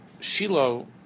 Shiloh